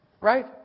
Right